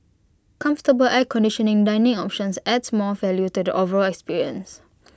comfortable air conditioning dining options adds more value to the overall experience